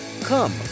Come